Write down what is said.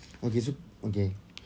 okay so okay